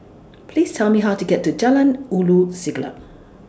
Please Tell Me How to get to Jalan Ulu Siglap